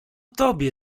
tobie